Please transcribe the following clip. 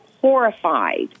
horrified